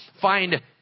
find